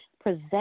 present